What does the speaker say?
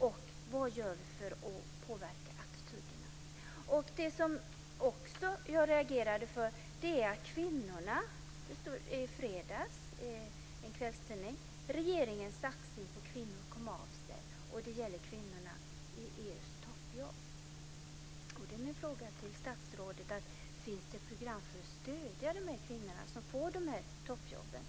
Och vad gör vi för att påverka attityderna? Jag reagerade också när det i fredags stod i en kvällstidning att "Regeringens satsning på kvinnor kom av sig". Det gällde kvinnorna med toppjobb i EU. Min fråga till statsrådet är då: Finns det program för att stödja de kvinnor som får dessa toppjobb?